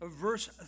verse